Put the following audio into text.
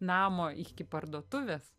namo iki parduotuvės